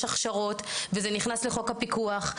יש הכשרות וזה נכנס לחוק הפיקוח,